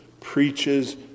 preaches